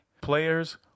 Players